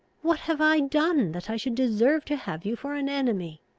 what have i done, that i should deserve to have you for an enemy?